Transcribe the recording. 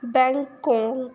Bangkok